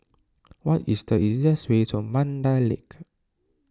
what is the easiest way to Mandai Lake